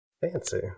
Fancy